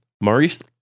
Maurice